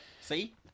See